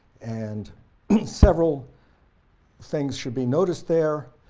and several things should be noticed there,